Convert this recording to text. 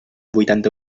vuitanta